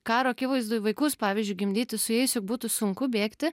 karo akivaizdoj vaikus pavyzdžiui gimdyti su jais juk būtų sunku bėgti